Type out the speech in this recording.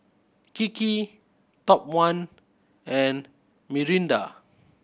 Kiki Top One and Mirinda